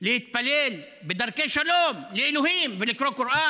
להתפלל בדרכי שלום לאלוהים ולקרוא קוראן?